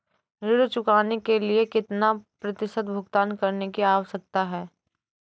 ऋण चुकाने के लिए कितना प्रतिशत भुगतान करने की आवश्यकता है?